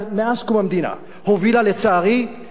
הובילה לצערי ל-4 בנובמבר,